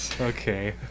okay